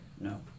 no